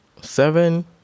seven